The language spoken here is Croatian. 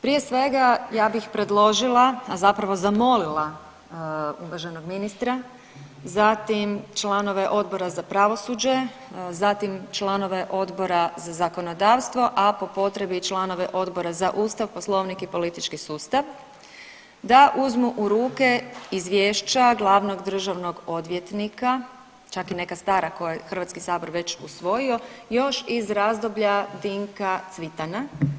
Prije svega ja bih predložila, a zapravo zamolila uvaženog ministra zatim članove Odbora za pravosuđe, zatim članove Odbora za zakonodavstvo, a po potrebi i članove Odbora za Ustav, Poslovnik i politički sustav da uzmu u ruke izvješća glavnog državnog odvjetnika čak i neka stara koja je već Hrvatski sabor već usvojio još iz razdoblja Dinka Cvitana.